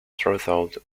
throughout